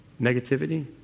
Negativity